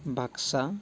Baksa